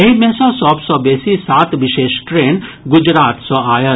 एहि मे सँ सभ सँ बेसी सात विशेष ट्रेन गुजरात सँ आयल